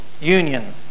union